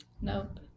Nope